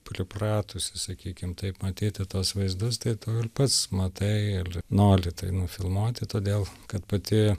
pripratusi sakykim taip matyti tuos vaizdus tai tu ir pats matai ir nori tai nufilmuoti todėl kad pati